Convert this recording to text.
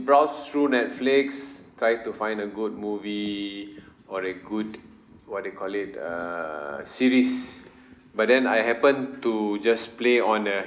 browsed through netflix trying to find a good movie or a good what do you call it err series but then I happen to just play on a